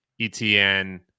ETN